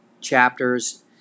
chapters